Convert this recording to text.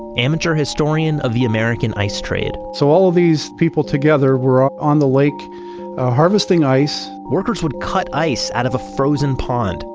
amateur historian of the american ice trade so all of these people together were ah on the lake harvesting ice workers would cut ice out of a frozen pond,